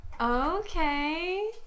okay